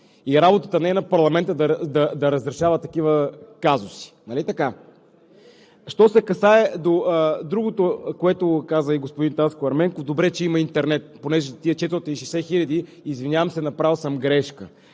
е работа на парламента да разрешава такива казуси. Нали така? Що се касае до другото, което каза господин Таско Ерменков – добре, че има интернет, понеже за тези 460 хиляди, извинявам се, направил съм грешка.